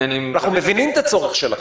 אנחנו מבינים את הצורך שלכם,